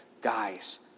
Guys